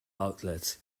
outlets